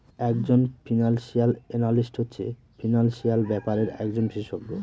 এক জন financial analyst হচ্ছে ফিনান্সিয়াল ব্যাপারের একজন বিশষজ্ঞ